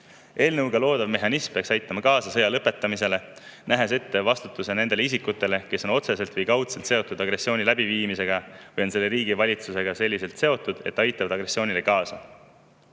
Eelnõuga loodav mehhanism peaks aitama kaasa sõja lõpetamisele, nähes ette vastutuse nendele isikutele, kes on otseselt või kaudselt seotud agressiooni läbiviimisega või on selle riigi valitsusega selliselt seotud, et nad aitavad agressioonile kaasa.